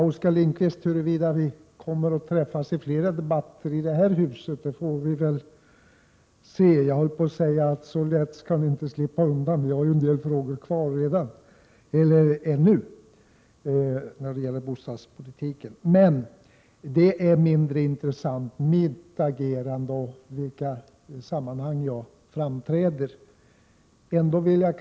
Herr talman! Huruvida vi, Oskar Lindkvist, kommer att mötas i fler debatter i det här huset återstår att se. Jag höll på att säga att han inte skall slippa undan mig så lätt. Vi har ju en del bostadspolitiska debatter kvar under detta riksmöte. Mitt agerande och i vilka sammanhang jag framträder är mindre intressant.